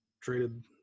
traded